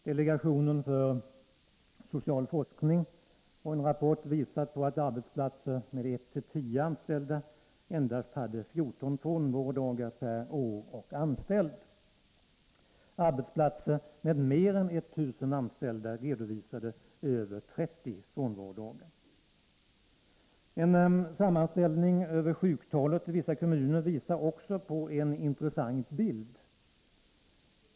Delegationen för social forskning har i en rapport visat på att arbetsplatser med 1—-10 anställda endast hade 14 frånvarodagar per år och anställd. Arbetsplatser med mer än 1 000 anställda redovisade över 30 frånvarodagar. En sammanställning över antalet sjukfrånvarodagar i vissa kommuner visar också på en intressant bild.